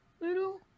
little